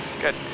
Good